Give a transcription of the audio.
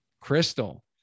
Crystal